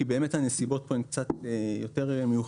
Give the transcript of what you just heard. כי באמת הנסיבות כאן הן יותר מיוחדות